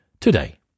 today